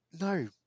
no